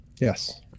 Yes